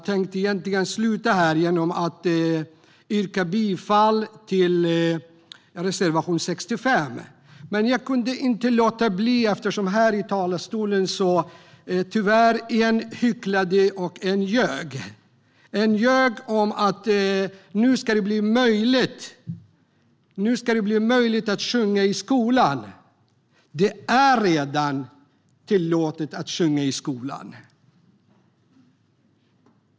Jag hade egentligen tänkt sluta här genom att yrka bifall till reservation 65. Men jag kan inte låta bli att fortsätta, för en talare hycklade och en talare ljög här i talarstolen. En talare ljög och sa att det nu ska bli möjligt att sjunga i skolan. Det är redan tillåtet att sjunga i skolan!